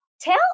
tell